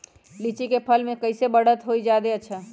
लिचि क फल म कईसे बढ़त होई जादे अच्छा?